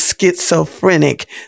schizophrenic